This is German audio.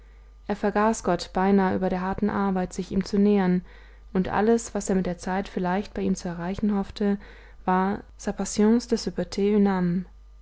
er vergaß gott beinah über der harten arbeit sich ihm zu nähern und alles was er mit der zeit vielleicht bei ihm zu erreichen hoffte war